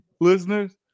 listeners